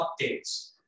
updates